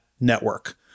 network